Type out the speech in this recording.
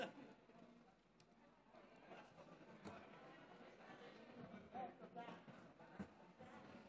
למרות החריקות שיש מדי פעם בחוסר דוגמה האישית שאנחנו נותנים כאן,